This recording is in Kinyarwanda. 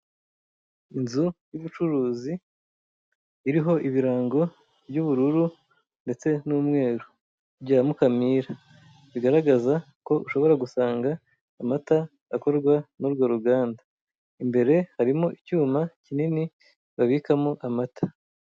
Inzu y'ubucuruzi iriho ibirango by'ubururu ndetse n'umweru bya Mukamira bigaragaza ko ushobora gusanga amata akorwa n'urwo ruganda, imbere harimo icyuma kinini babikamo amata.